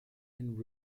and